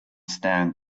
stand